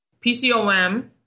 PCOM